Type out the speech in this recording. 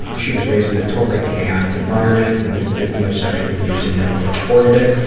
um she was raised in a totally chaotic environment and was the victim of sexual abuse and never reported it.